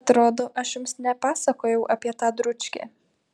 atrodo aš jums nepasakojau apie tą dručkę